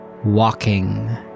walking